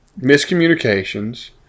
miscommunications